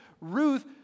Ruth